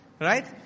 Right